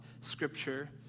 Scripture